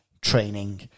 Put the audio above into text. training